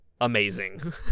amazing